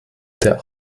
der